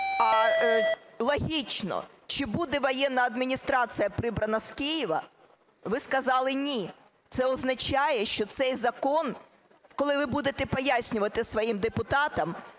логічно, чи буде воєнна адміністрація прибрана з Києва, ви сказали ні. Це означає, що цей закон, коли ви будете пояснювати своїм депутатам,